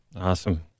Awesome